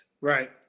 Right